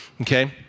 okay